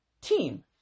team